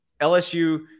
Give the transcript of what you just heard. LSU